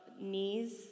knees